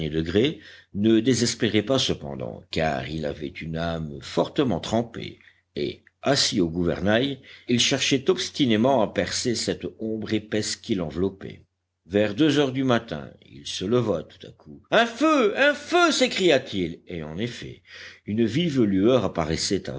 ne désespérait pas cependant car il avait une âme fortement trempée et assis au gouvernail il cherchait obstinément à percer cette ombre épaisse qui l'enveloppait vers deux heures du matin il se leva tout à coup un feu un feu s'écria-t-il et en effet une vive lueur apparaissait